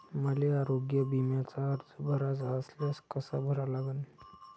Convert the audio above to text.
मले आरोग्य बिम्याचा अर्ज भराचा असल्यास कसा भरा लागन?